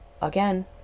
Again